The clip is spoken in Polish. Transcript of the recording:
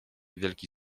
wielki